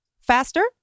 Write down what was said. faster